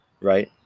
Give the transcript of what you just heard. right